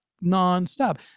non-stop